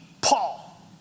Paul